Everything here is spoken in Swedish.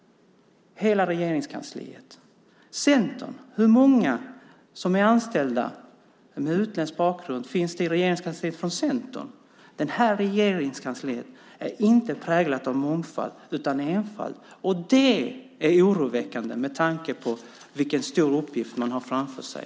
Hur många anställda med utländsk bakgrund finns det i Regeringskansliet från Centern? Regeringskansliet är inte präglat av mångfald utan av enfald, och det är oroväckande med tanke på vilken stor uppgift man har framför sig.